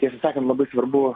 tiesą sakant labai svarbu